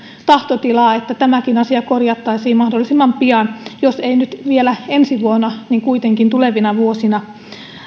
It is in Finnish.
tahtotilaa että tämäkin asia korjattaisiin mahdollisimman pian jos ei nyt vielä ensi vuonna niin kuitenkin tulevina vuosina